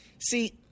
See